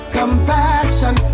compassion